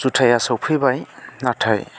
जुथाया सौफैबाय नाथाय